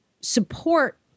support